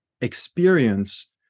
experience